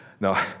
No